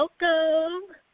Welcome